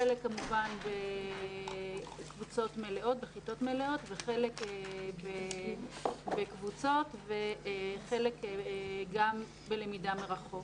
חלק כמובן בכיתות מלאות וחלק בקבוצות וחלק גם בלמידה מרחוק.